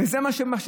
וזה מה שחשוב.